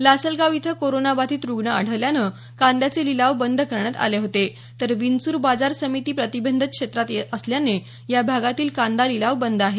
लासलगाव इथं कोरोना बाधित रुग्ण आढळल्यानं कांद्याचे लिलाव बंद करण्यात आले होते तर विंचूर बाजार समिती प्रतिबंधित क्षेत्रात असल्यानं या भागातील कांदा लिलाव बंद आहे